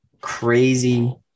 crazy